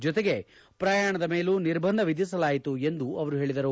ಜೊತೆಗೆ ಪ್ರಯಾಣದ ಮೇಲೂ ನಿರ್ಬಂಧ ವಿಧಿಸಲಾಯಿತು ಎಂದು ಅವರು ಪೇಳಿದರು